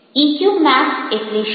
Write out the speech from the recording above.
EQ map એટલે શું